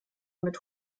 mit